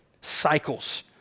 cycles